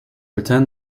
returned